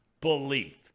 belief